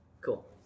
Cool